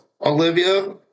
Olivia